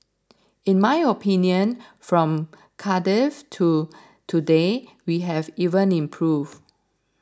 in my opinion from Cardiff to today we have even improved